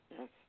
Yes